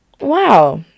Wow